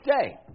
stay